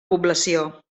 població